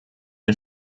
den